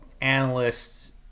analysts